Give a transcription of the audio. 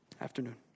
Afternoon